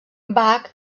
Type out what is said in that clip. bach